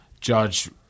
Judge